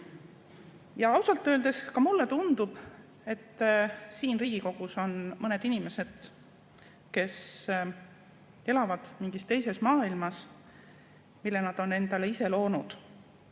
Ja ausalt öeldes mulle tundub, et ka siin Riigikogus on mõned inimesed, kes elavad mingis teises maailmas, mille nad on ise endale loonud,